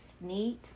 Neat